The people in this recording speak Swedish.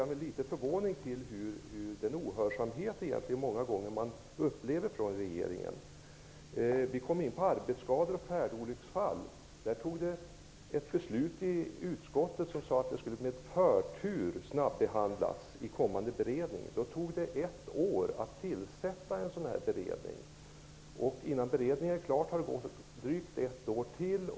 Jag ser då med förvåning på den ohörsamhet som man många gånger upplever från regeringen. Beträffande arbetsskador och färdolycksfall beslutade man i utskottet att ärendet med förtur skulle snabbbehandlas av en beredning. Det tog då ett år att tillsätta denna beredning. Innan beredningen är klar kommer det att hinna gå drygt ett år till.